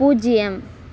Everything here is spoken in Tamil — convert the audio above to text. பூஜ்ஜியம்